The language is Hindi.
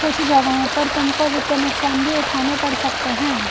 कुछ जगहों पर तुमको वित्तीय नुकसान भी उठाने पड़ सकते हैं